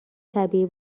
طبیعی